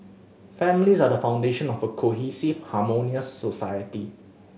families are the foundation of a cohesive harmonious society